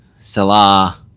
Salah